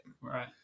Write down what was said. right